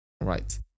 Right